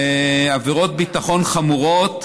בעבירות ביטחון חמורות,